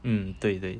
mm 对对